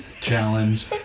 challenge